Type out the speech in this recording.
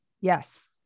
Yes